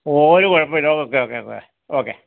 ഒരു കുഴപ്പവും ഇല്ല ഓക്കെ ഓക്കെ ഓക്കെ ഓക്കെ